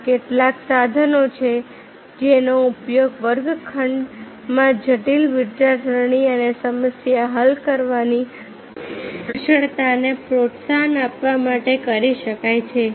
આ કેટલાક સાધનો છે જેનો ઉપયોગ વર્ગખંડોમાં જટિલ વિચારસરણી અને સમસ્યા હલ કરવાની કુશળતાને પ્રોત્સાહન આપવા માટે કરી શકાય છે